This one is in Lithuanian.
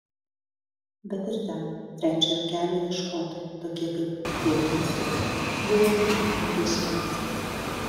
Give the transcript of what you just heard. bet ir ten trečiojo kelio ieškotojai tokie kaip javlinskis buvo vadinami dešiniaisiais